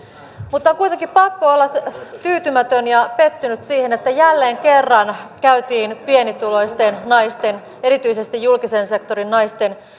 mutta on kuitenkin pakko olla tyytymätön ja pettynyt siihen että jälleen kerran käytiin pienituloisten naisten erityisesti julkisen sektorin naisten